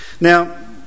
Now